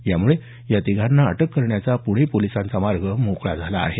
यामुळे या तिघांना अटक करण्याचा पूणे पोलिसांचा मार्ग मोकळा झाला आहे